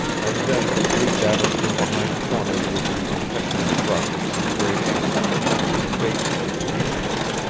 and then leaped at us from behind corners with the impetuous rush of some great animal that turned to vapor as it reached us.